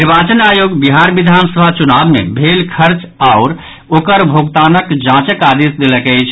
निर्वाचन आयोग बिहार विधानसभा चुनाव मे भेल खर्च आओर ओकर भोगतानक जांचक आदेशक देलक अछि